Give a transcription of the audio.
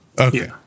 Okay